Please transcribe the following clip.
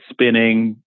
spinning